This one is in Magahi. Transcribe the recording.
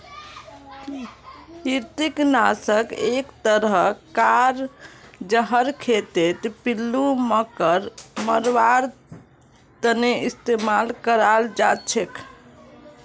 कृंतक नाशक एक तरह कार जहर खेतत पिल्लू मांकड़ मरवार तने इस्तेमाल कराल जाछेक